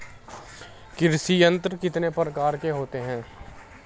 कृषि यंत्र कितने प्रकार के होते हैं?